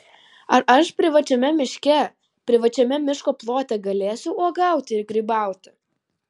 ar aš privačiame miške privačiame miško plote galėsiu uogauti ir grybauti